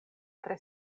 tre